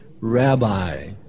Rabbi